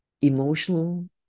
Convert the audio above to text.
emotional